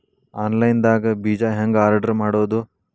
Online ದಾಗ ಬೇಜಾ ಹೆಂಗ್ ಆರ್ಡರ್ ಮಾಡೋದು?